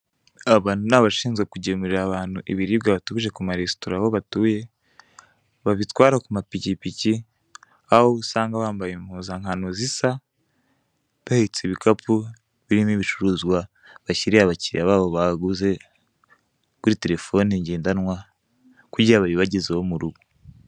Aba ni abashinzwe kugemurira abantu ibiribwa batumije kuri resitora aho batuye, babitwara ku mapikipiki aho usanga bambaye impuzankano zisa bahetse ibikapu birimo ibicuruzwa bashyiriye abakiliya babo baguze, kuri terefone ngendanwa kugira babibagezeho mu rugo.